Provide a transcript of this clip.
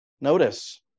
Notice